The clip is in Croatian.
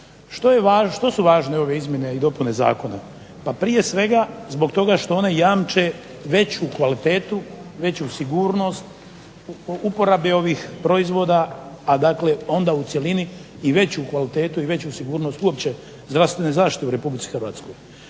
Što su važne ove izmjene i dopune zakona? Pa prije svega zbog toga što one jamče veću kvalitetu, veću sigurnost uporabe ovih proizvoda, a dakle onda u cjelini i veću kvalitetu i veću sigurnost uopće zdravstvene zaštite u RH. Vrlo je važno